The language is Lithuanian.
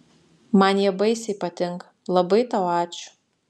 man jie baisiai patinka labai tau ačiū